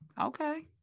okay